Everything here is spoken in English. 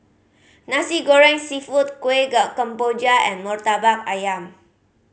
Nasi Goreng Seafood kuih kemboja and Murtabak Ayam